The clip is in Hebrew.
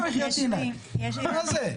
מה, בחייאת דינכ, מה זה?